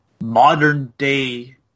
modern-day